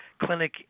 clinic